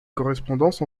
correspondance